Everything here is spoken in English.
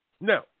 Now